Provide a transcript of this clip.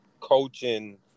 coaching